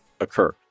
occur